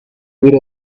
with